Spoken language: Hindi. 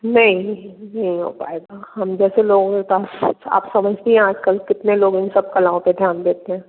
नहीं नहीं हो पाएगा हम जैसे लोगों के पास आप समझती हैं आज कल कितने लोगों के साथ कलाओं पर ध्यान देते हैं